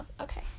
okay